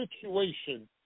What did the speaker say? situation